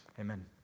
Amen